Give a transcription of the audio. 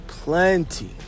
Plenty